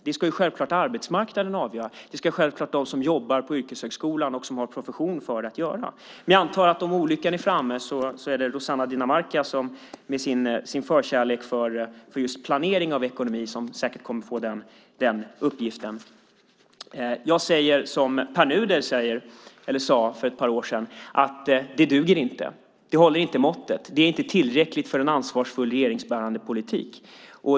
Det ska självklart arbetsmarknaden avgöra. Det ska självklart de som jobbar på Yrkeshögskolan och som har profession för det göra. Men jag antar att om olyckan är framme är det Rossana Dinamarca med sin förkärlek för planering av ekonomi som kommer att få den uppgiften. Jag säger som Pär Nuder sade för ett par år sedan: Det duger inte. Det håller inte måttet. Det är inte tillräckligt för en ansvarsfull regeringsbärande politik.